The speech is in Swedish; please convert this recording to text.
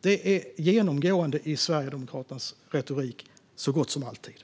Detta är genomgående i Sverigedemokraternas retorik så gott som alltid.